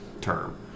term